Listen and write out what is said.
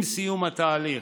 עם סיום התהליך,